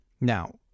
Now